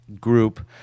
group